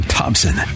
Thompson